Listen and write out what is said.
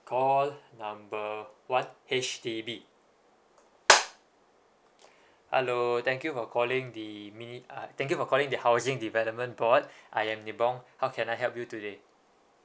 call number one H_D_B hello thank you for calling the mini~ uh thank you for calling the housing development board I am li bong how can I help you today